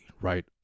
right